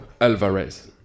Alvarez